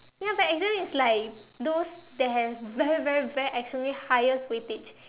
ya but exam is like those that have very very very extremely highest weightage